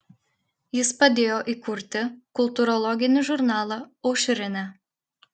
jis padėjo įkurti kultūrologinį žurnalą aušrinė